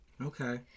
Okay